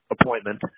appointment